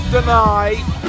Tonight